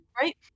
right